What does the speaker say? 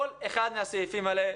כל אחד מהסעיפים האלה.